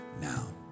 now